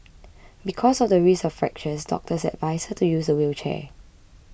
because of the risk of fractures doctors advised her to use a wheelchair